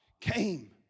came